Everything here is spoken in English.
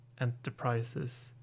enterprises